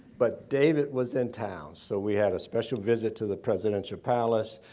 but david was in town. so we had a special visit to the presidential palace,